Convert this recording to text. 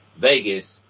Vegas